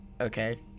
okay